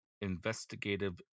investigative